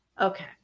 Okay